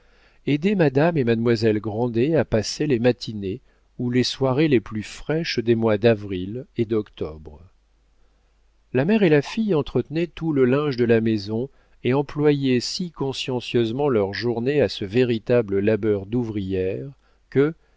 aidait madame et mademoiselle grandet à passer les matinées ou les soirées les plus fraîches des mois d'avril et d'octobre la mère et la fille entretenaient tout le linge de la maison et employaient si consciencieusement leurs journées à ce véritable labeur d'ouvrière que